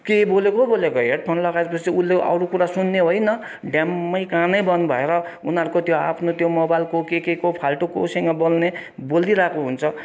के बोलेको बोलेको हेड फोन लगाए पछि त उसले अरू कुरा सुन्ने होइन ड्याम्मै कानै बन्द भएर उनीहरूको त्यो आफ्नो त्यो मोबाइलको के केको फाल्तु कोसँग बोल्ने बोलिरहेको हुन्छ